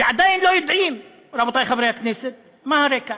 ועדיין לא יודעים, רבותי חברי הכנסת, מה הרקע,